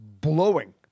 blowing